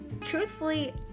truthfully